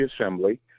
assembly